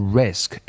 risk